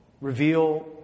reveal